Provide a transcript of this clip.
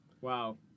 Wow